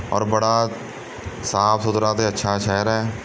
ਔਰ ਬੜਾ ਸਾਫ਼ ਸੁਥਰਾ ਅਤੇ ਅੱਛਾ ਸ਼ਹਿਰ ਹੈ